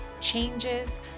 changes